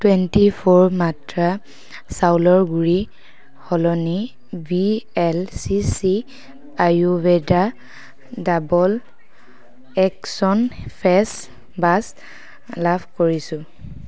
twenty four Mantra চাউলৰ গুড়ি সলনি VLCC Ayurveda double action face wash লাভ কৰিছিলোঁ